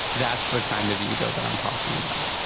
that's the kind of ego that i'm talking about.